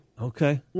Okay